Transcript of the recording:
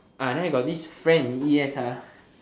ah neh got this friend e_s ah